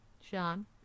sean